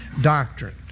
doctrine